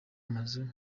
amazu